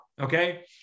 okay